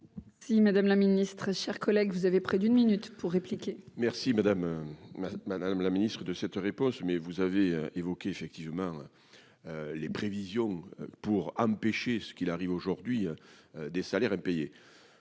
Si Madame la Ministre, chers collègues, vous avez près d'une minute pour répliquer. Merci madame madame madame la Ministre de cette réponse, mais vous avez évoqué effectivement les prévisions pour empêcher ce qu'il arrive aujourd'hui des salaires impayés,